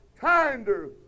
kinder